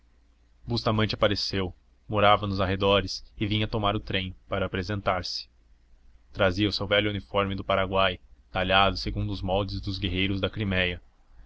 bustamante apareceu morava nos arredores e vinha tomar o trem para apresentar-se trazia o seu velho uniforme do paraguai talhado segundo os moldes dos guerreiros da criméia